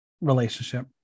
relationship